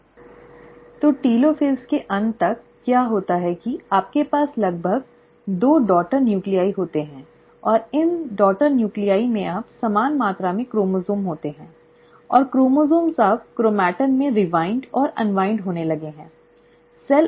slide समय देखें 2334 तो टेलोफ़ेज़ के अंत तक क्या होता है कि आपके पास लगभग दो डॉटर नूक्लीआइ होती हैं और इन दो डॉटर नूक्लीआइ में अब समान मात्रा में क्रोमोसोम् होते हैं और क्रोमोसोम्स अब क्रोमेटिन में उलट और सिकुड़नेहोने लगे हैं